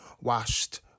Washed